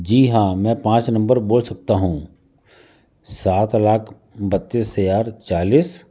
जी हाँ मैं पाँच नंबर बोल सकता हूँ सात लाख बत्तीस हजार चालीस